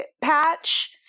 patch